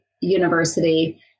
university